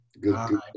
Good